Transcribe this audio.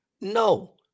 No